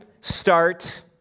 start